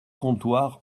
comptoir